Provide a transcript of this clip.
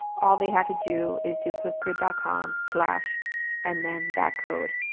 all they have to do is do flip grid, dotcom slash and then that code.